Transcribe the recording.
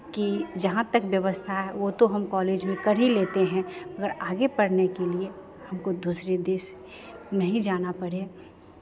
कि जहां तक व्यवस्था है वो तो हम कॉलेज में कर ही लेते हैं मगर आगे पढ़ने के लिये हमको दूसरे देश नहीं जाना पड़े